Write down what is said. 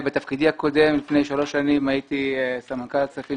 בתפקידי הקודם לפני שלוש שנים הייתי סמנכ"ל הכספים